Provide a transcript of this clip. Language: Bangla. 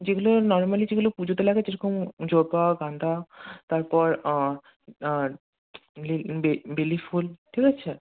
যেগুলো নর্মালি যেগুলো পুজোতে লাগে যেরকম জবা গাঁদা তারপর বেলি ফুল ঠিক আছে